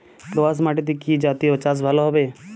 দোয়াশ মাটিতে কি জাতীয় চাষ ভালো হবে?